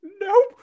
Nope